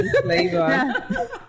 flavor